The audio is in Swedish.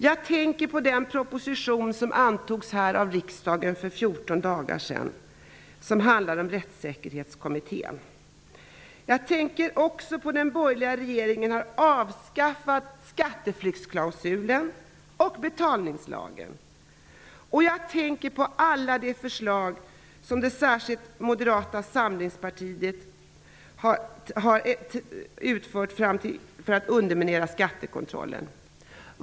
Jag tänker på den proposition som handlade om Rättssäkerhetskommittén och som antogs av riksdagen för 14 dagar sedan. Jag tänker också på att den borgerliga regeringen har avskaffat skatteflyktsklausulen och betalningslagen. Jag tänker på alla de förslag som särskilt Moderata samlingspartiet har fört fram för att underminera skattekontrollen.